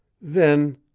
Then